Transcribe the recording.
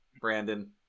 Brandon